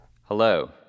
Hello